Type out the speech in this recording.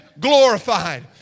glorified